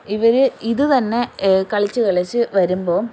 ഇവർ ഇതുതന്നെ കളിച്ച് കളിച്ച് വരുമ്പോൾ